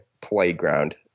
playground